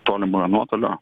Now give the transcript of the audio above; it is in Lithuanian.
tolimojo nuotolio